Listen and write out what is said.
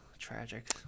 tragic